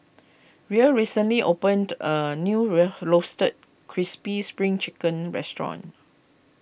Rae recently opened a new Roasted Crispy Spring Chicken restaurant